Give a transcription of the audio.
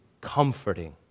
comforting